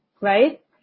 right